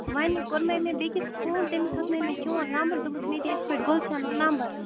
وونۍ کوٚرمَے مےٚ بیٚیہِ کِس فون تٔمِس ہیوٚتمَے مےٚ چون نَمبَر دوٚپمَس مےٚ دِ یِتھ پٲٹھۍ گُلشَنُن نَمبر